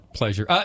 pleasure